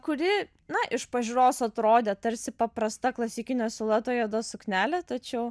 kuri na iš pažiūros atrodė tarsi paprasta klasikinio silueto juoda suknelė tačiau